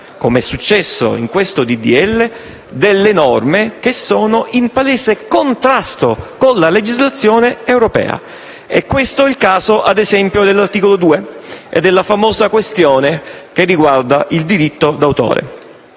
come è successo in questo disegno di legge, norme in palese contrasto con la legislazione europea. È questo il caso, ad esempio, dell'articolo 2 e della famosa questione riguardante il diritto d'autore.